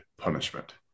punishment